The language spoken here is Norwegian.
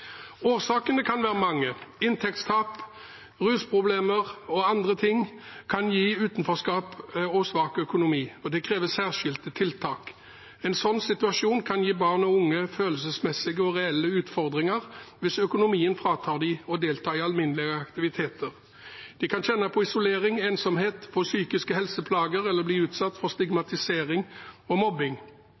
Årsakene kan være mange – inntektstap, rusproblemer og andre ting kan gi utenforskap og svak økonomi. Dette krever særskilte tiltak. En slik situasjon kan gi barn og unge følelsesmessige og reelle utfordringer hvis økonomien fratar dem å delta i alminnelige aktiviteter. De kan kjenne på isolering, ensomhet, få psykiske helseplager eller bli utsatt for stigmatisering og mobbing.